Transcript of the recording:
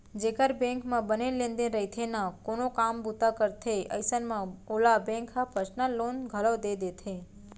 जेकर बेंक म बने लेन देन रइथे ना कोनो काम बूता करथे अइसन म ओला बेंक ह पर्सनल लोन घलौ दे देथे